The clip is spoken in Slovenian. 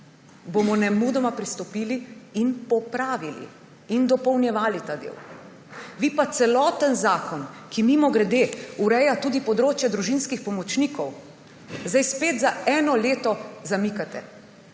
bomo nemudoma pristopili, popravili in dopolnjevali ta del. Vi pa celoten zakon, ki, mimogrede, ureja tudi področje družinskih pomočnikov, zdaj spet za eno leto zamikate.